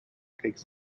takes